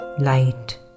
light